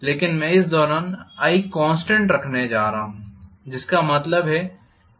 लेकिन मैं इस दौरान कॉन्स्टेंट रखने जा रहा हूं जिसका मतलब है कि यह स्लो मूव्मेंट है